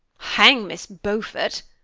hang miss beaufort!